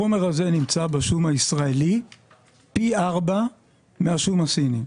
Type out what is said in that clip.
החומר הזה נמצא בשום הישראלי פי ארבע מאשר בשום הסיני.